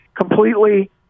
completely